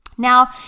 Now